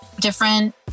different